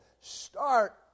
start